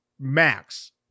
max